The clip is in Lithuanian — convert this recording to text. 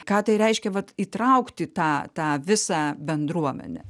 ką tai reiškia vat įtraukt į tą tą visą bendruomenę